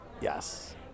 Yes